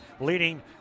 leading